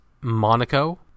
Monaco